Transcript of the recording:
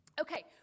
Okay